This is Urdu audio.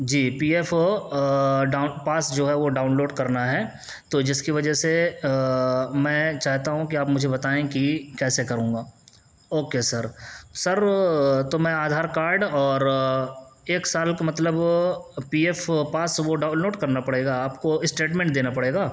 جی پی ایف ڈاؤن پاس جو ہے وہ ڈاؤن لوڈ کرنا ہے تو جس کی وجہ سے میں چاہتا ہوں کہ آپ مجھے بتائیں کہ کیسے کروں گا او کے سر سر تو میں آدھار کارڈ اور ایک سال کا مطلب پی ایف پاس وہ ڈاؤن لوڈ کرنا پڑے گا آپ کو اسٹیٹمنٹ دینا پڑے گا